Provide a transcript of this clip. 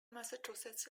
massachusetts